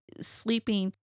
sleeping